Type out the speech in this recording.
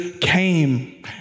came